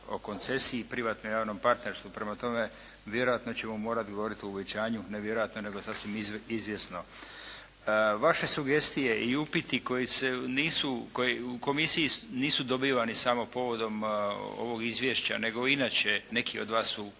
o koncesiji i privatnom javnom partnerstvu. Prema tome vjerojatno ćemo morati govoriti o uvećanju, ne vjerojatno nego sasvim izvjesno. Vaše sugestije i upiti koji se nisu, koji u komisiji nisu dobivani samo povodom ovog izvješća nego i inače neki od vas su